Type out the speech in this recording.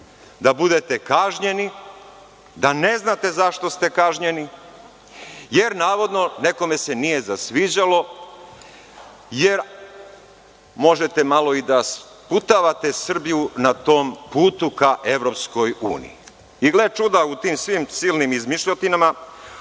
da bude kažnjeni, da ne znate zašto ste kažnjeni jer, navodno, nekome se nije zasviđalo jer možete malo i da sputavate Srbiju na tom putu ka EU. Gle čuda, u svim tim silnim izmišljotinama